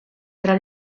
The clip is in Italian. tra